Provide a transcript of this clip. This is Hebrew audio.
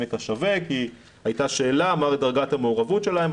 לעמק השווה כי הייתה שאלה מה דרגת המעורבות שלהם.